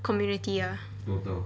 community ah